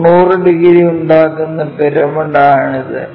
90 degree ഉണ്ടാക്കുന്ന പിരമിഡാണിത്